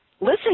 listen